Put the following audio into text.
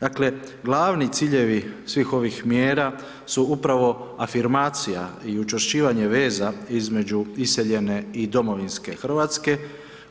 Dakle, glavni ciljevi svih ovih mjera su upravo afirmacija i učvršćivanje veza između iseljene i domovinske Hrvatske,